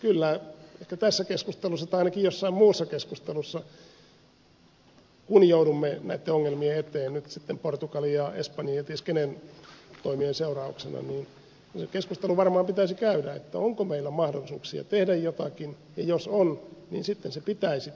kyllä ehkä tässä keskustelussa tai ainakin jossain muussa keskustelussa kun joudumme näitten ongelmien eteen nyt sitten portugalin ja espanjan ja ties kenen toimien seurauksena se keskustelu varmaan pitäisi käydä onko meillä mahdollisuuksia tehdä jotakin ja jos on niin sitten se pitäisi tehdä